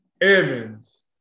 Evans